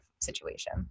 situation